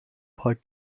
پاک